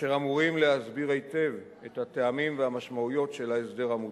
אשר אמורים להסביר היטב את הטעמים והמשמעויות של ההסדר המוצע.